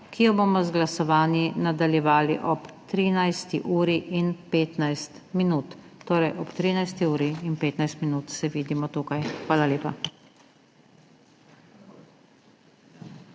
ki jo bomo z glasovanji nadaljevali ob 13.15. Torej ob 13.15 se vidimo tukaj. Hvala lepa.